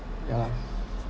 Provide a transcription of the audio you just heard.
ya